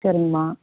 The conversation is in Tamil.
சரிங்கமா